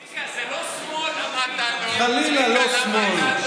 צביקה, זה לא שמאל, חלילה, לא שמאל.